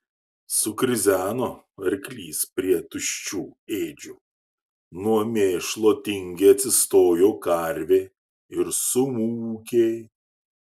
sukrizeno arklys prie tuščių ėdžių nuo mėšlo tingiai atsistojo karvė ir sumūkė